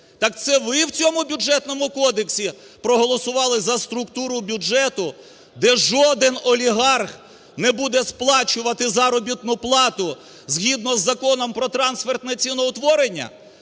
Так це ви в цьому Бюджетному кодексі проголосували за структуру бюджету, де жоден олігарх не буде сплачувати заробітну плату згідно з Законом про трансфертне ціноутворення?